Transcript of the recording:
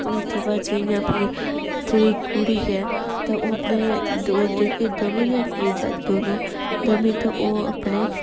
उसदे बाद च जियां फ्ही जेह्ड़ी कुड़ी ऐ ते ओह् अपने दो दवें जनें कुड़ी जागत दोनों दवें ते ओह् अपने